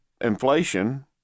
inflation